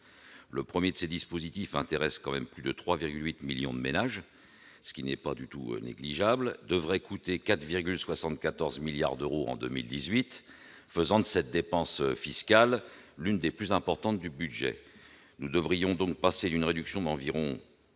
Le premier de ces dispositifs intéresse plus de 3,8 millions de ménages, ce qui n'est pas du tout négligeable, et devrait coûter 4,74 milliards d'euros en 2018, faisant de cette dépense fiscale l'une des plus importantes du budget. Nous devrions donc passer d'une réduction d'environ